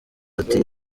ati